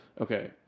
Okay